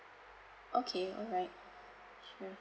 okay alright sure